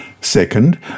Second